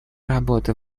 работы